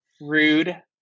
rude